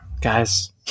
Guys